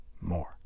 more